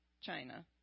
China